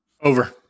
over